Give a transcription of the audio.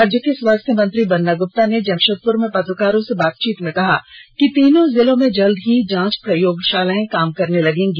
राज्य के स्वास्थ्य मंत्री बन्ना गुप्ता ने जमषेदपुर में पत्रकारों से बातचीत करते हुए कहा कि तीनों जिलों में जल्द ही जांच प्रयोगषालाएं काम करने लगेगी